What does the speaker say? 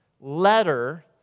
letter